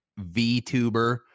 VTuber